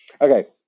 Okay